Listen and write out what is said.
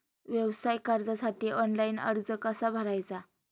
व्यवसाय कर्जासाठी ऑनलाइन अर्ज कसा भरायचा?